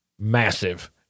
massive